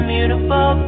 Beautiful